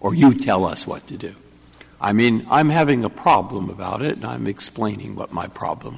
or you tell us what to do i mean i'm having a problem about it and i'm explaining what my problem